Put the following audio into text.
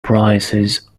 prices